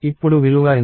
ఇప్పుడు విలువ ఎంత